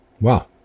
Wow